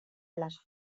les